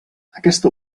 aquesta